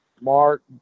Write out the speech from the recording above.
Mark